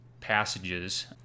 passages